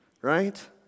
right